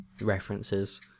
references